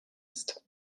ist